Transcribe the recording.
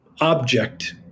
object